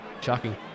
Shocking